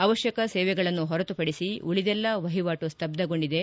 ಅವಶ್ಲಕ ಸೇವೆಗಳನ್ನು ಹೊರತುಪಡಿಸಿ ಉಳಿದೆಲ್ಲಾ ವಹಿವಾಟು ಸ್ತಬ್ಬಗೊಂಡಿದೆ